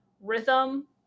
rhythm